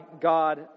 God